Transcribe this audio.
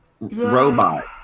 Robot